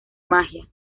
magia